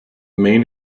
main